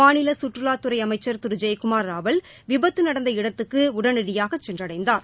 மாநில சுற்றுவாத்துறை அமைச்சர் திரு ஜெயக்குமார் ராவல் விபத்து நடந்த இடத்துக்கு உடனடியாக சென்றடைந்தார்